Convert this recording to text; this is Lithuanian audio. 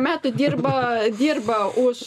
metų dirba dirba už